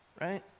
Right